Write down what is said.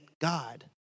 God